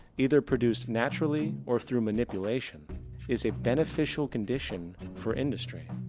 either produced naturally or through manipulation is a beneficial condition for industry?